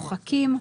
מוחקים,